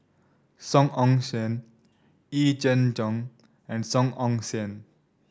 Song Ong Siang Yee Jenn Jong and Song Ong Siang